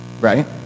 Right